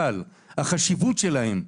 אבל, החשיבות שלהם,